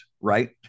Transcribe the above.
Right